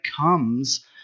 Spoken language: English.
comes